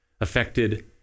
affected